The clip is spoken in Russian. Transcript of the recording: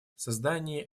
создание